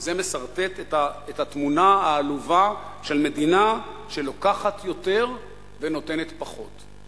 וזה מסרטט את התמונה העלובה של מדינה שלוקחת יותר ונותנת פחות.